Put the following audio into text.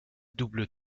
double